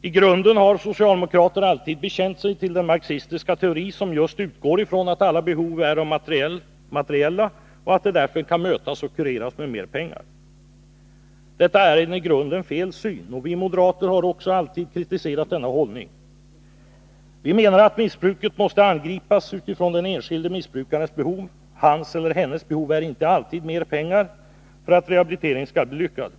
I grunden har socialdemokrater alltid bekänt sig till den marxistiska teori som just utgår ifrån att alla behov är materiella och att de därför kan mötas och kureras med mer pengar. Ä Detta är en i grunden felaktig syn, och vi moderater har också alltid kritiserat denna hållning. Vi menar att missbruket måste angripas utifrån den enskilde missbrukarens behov. Hans eller hennes behov är inte alltid mer pengar för att rehabiliteringen skall bli lyckad.